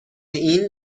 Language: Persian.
این